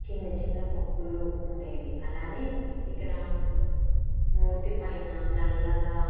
చిన్న చిన్న పొక్కులు ఉండేవి అలాగే ఇక్కడ మూతి పైన నల్లగా